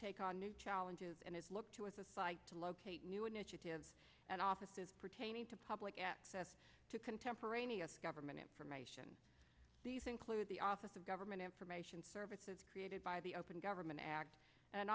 take on new challenges and has looked to locate new initiatives and offices pertaining to public access to contemporaneous government information these include the office of government information services created by the open government act an